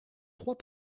trois